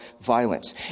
violence